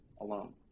alone